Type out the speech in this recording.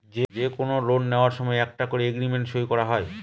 যে কোনো লোন নেওয়ার সময় একটা করে এগ্রিমেন্ট সই করা হয়